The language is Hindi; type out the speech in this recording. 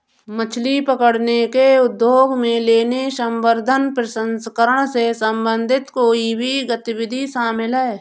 मछली पकड़ने के उद्योग में लेने, संवर्धन, प्रसंस्करण से संबंधित कोई भी गतिविधि शामिल है